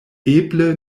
eble